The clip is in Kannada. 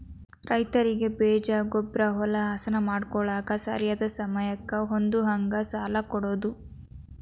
ರೈತರಿಗೆ ಬೇಜ, ಗೊಬ್ಬ್ರಾ, ಹೊಲಾ ಹಸನ ಮಾಡ್ಕೋಳಾಕ ಸರಿಯಾದ ಸಮಯಕ್ಕ ಹೊಂದುಹಂಗ ಸಾಲಾ ಕೊಡುದ